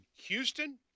Houston